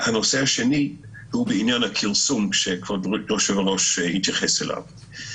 הנושא השני הוא בעניין הכרסום שכבוד היושב-ראש התייחס אליו.